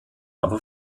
aber